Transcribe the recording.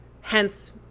Hence